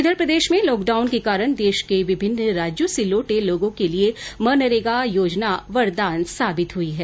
इधर प्रदेश में लॉकडाउन के कारण देश के विभिन्न राज्यों से लौटे लोगों के लिए मनरेगा योजना वरदान साबित हुई है